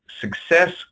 success